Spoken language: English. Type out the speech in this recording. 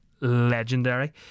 legendary